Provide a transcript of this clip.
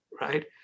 right